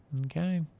Okay